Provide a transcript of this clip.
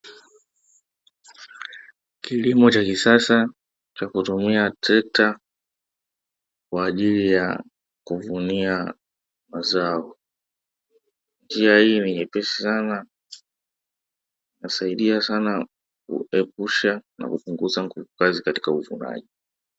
Kilimo cha kisasa cha kutumia trekta kwaajili ya kuvunia mazao, njia hii ni nyepesi sana husaidia sana kuepusha na kupunguza nguvu kazi katika uvunaji.